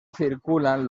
circulan